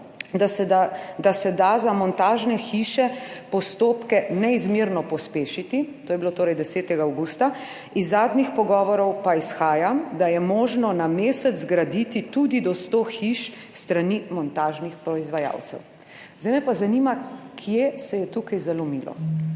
da se da za montažne hiše postopke neizmerno pospešiti - to je bilo torej 10. avgusta. Iz zadnjih pogovorov pa izhaja, da je možno na mesec graditi tudi do sto hiš s strani montažnih proizvajalcev. Zdaj me pa zanima, kje se je tukaj zalomilo?